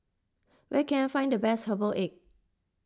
where can I find the best Herbal Egg